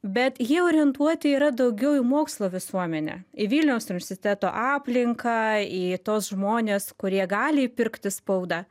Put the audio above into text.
bet jie orientuoti yra daugiau į mokslo visuomenę į vilniaus universiteto aplinką į tuos žmones kurie gali įpirkti spaudą